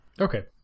Okay